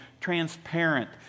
transparent